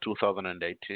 2018